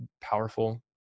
powerful